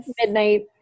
midnight